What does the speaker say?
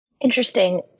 interesting